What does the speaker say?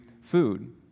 food